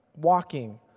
walking